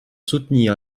soutenir